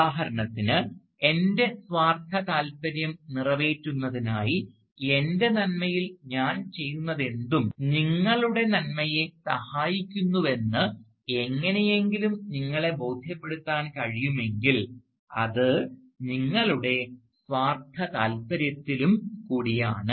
ഉദാഹരണത്തിന് എൻറെ സ്വാർത്ഥ താൽപര്യം നിറവേറ്റുന്നതിനായി എൻറെ നന്മയിൽ ഞാൻ ചെയ്യുന്നതെന്തും നിങ്ങളുടെ നന്മയെ സഹായിക്കുന്നുവെന്ന് എങ്ങനെയെങ്കിലും നിങ്ങളെ ബോധ്യപ്പെടുത്താൻ കഴിയുമെങ്കിൽ അത് നിങ്ങളുടെ സ്വാർത്ഥ താൽപര്യത്തിലും കൂടിയാണ്